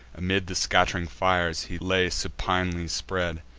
amid the scatt'ring fires he lay supinely spread.